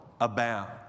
abound